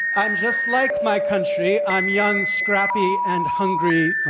i'm just like my country. i'm young, scrappy, and hungry. oh,